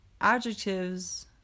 adjectives